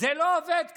זה לא עובד ככה.